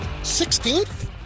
16th